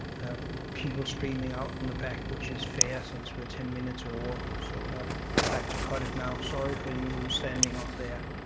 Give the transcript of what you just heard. people streaming out in the back, which is fair, since we're ten minutes over, so i'd i'd like to cut it now. sorry for you standing up there,